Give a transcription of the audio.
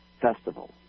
festival